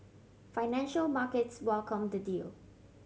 financial markets welcomed the deal